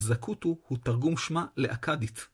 זקוטו הוא תרגום שמה לאכדית.